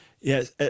Yes